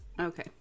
Okay